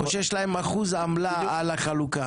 או שיש להן אחוז עמלה על החלוקה?